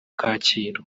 kacyiru